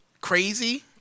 crazy